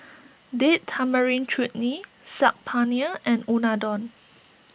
Date Tamarind Chutney Saag Paneer and Unadon